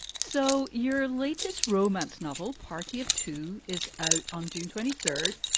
so your latest romance novel, party of two, is out on june twenty third,